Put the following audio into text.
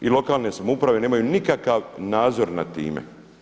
I lokalne samouprave nemaju nikakav nadzor nad time.